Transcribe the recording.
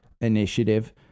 initiative